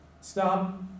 stop